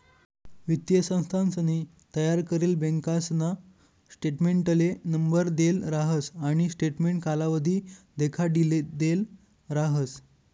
वित्तीय संस्थानसनी तयार करेल बँकासना स्टेटमेंटले नंबर देल राहस आणि स्टेटमेंट कालावधी देखाडिदेल राहस